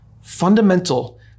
Fundamental